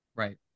Right